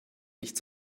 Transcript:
nicht